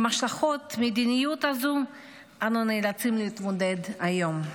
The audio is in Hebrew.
עם השלכות המדיניות הזאת אנו נאלצים להתמודד היום.